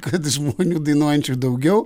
kad žmonių dainuojančių daugiau